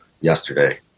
yesterday